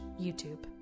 YouTube